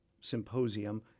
Symposium